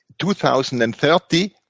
2030